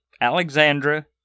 Alexandra